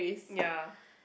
ya